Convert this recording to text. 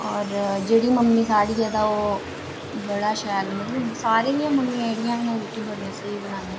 होर जेह्ड़ी मम्मी साढ़ी ऐ ते ओह् बड़ा शैल मतलब सारे दियां मम्मियां जेह्ड़ियां न ओह् रुट्टी बड़ियां स्हेई बनांदियां